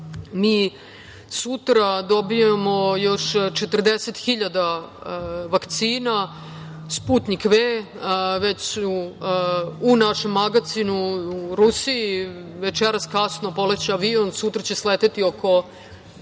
mi sutra dobijamo još 40.000 vakcina „Sputnjik V“, već su u našem magacinu, u Rusiji večeras kasno poleće avion, sutra će sleteti oko